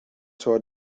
tor